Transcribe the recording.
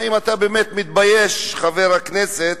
האם אתה באמת מתבייש, חבר הכנסת,